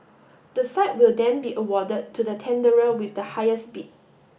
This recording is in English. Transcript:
the site will then be awarded to the tenderer with the highest bid